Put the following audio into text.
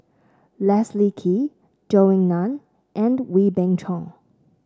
Leslie Kee Zhou Ying Nan and Wee Beng Chong